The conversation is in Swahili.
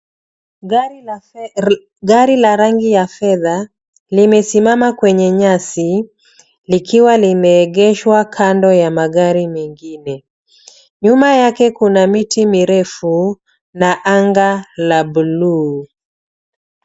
Gari la rangi ya fedha, limesimama kwenye nyasi, likiwa limeegeshwa kando ya magari mengine. Nyuma yake kuna miti mirefu na anga la buluu.